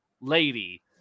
lady